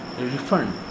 refund